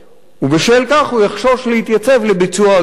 ובשל כך הוא יחשוש להתייצב לביצוע הגירוש.